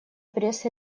пресс